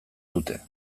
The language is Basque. dute